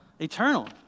Eternal